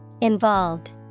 Involved